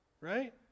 right